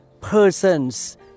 persons